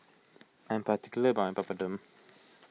I am particular about Papadum